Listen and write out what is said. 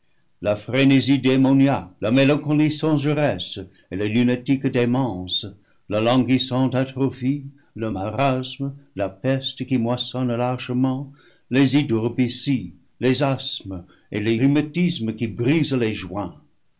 la frénésie démoniaque la mélancolie songeresse et la lunatique démence la languissante atrophie le marasme la peste qui moissonne largement les hydropisies les asthmes et les rhumatismes qui brisent les joints